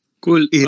Cool